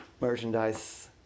merchandise